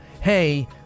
hey